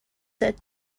said